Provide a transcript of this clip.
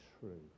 true